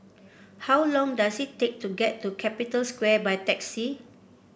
how long does it take to get to Capital Square by taxi